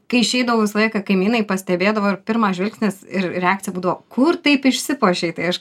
kai išeidavau visą laiką kaimynai pastebėdavo ir pirmas žvilgsnis ir reakcija būdavo kur taip išsipuošei tai aš